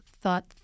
thought